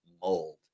mold